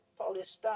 polystyrene